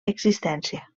existència